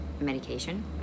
medication